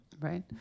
Right